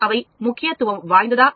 அவை முக்கியத்துவம் வாய்ந்ததா